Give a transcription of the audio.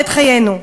ואת חיינו,